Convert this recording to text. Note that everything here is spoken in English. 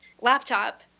laptop